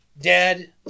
dead